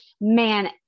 man